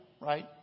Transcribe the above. Right